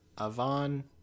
Avon